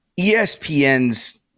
ESPN's